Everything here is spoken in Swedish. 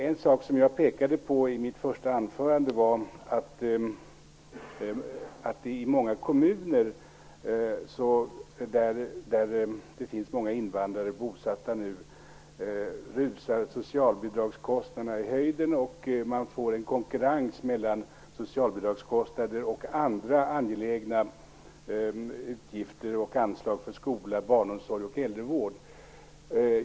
En sak som jag pekade på i mitt första anförande var att socialbidragskostnaderna nu rusar i höjden i många kommuner med ett stort antal invandrare bosatta. Man får en konkurrens mellan socialbidragskostnader och andra angelägna utgifter och anslag för skola, barnomsorg och äldrevård.